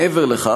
מעבר לכך,